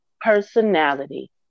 personality